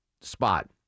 spot